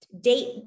date